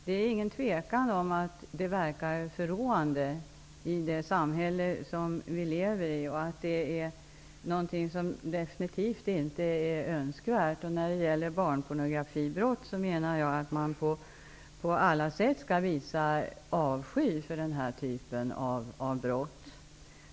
Det är inget tvivel om att de verkar förråande i det samhälle som vi lever i och att de definitivt inte är önskvärda. Jag menar att man på alla sätt skall visa avsky för barnpornografibrott.